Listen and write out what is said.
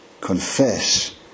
confess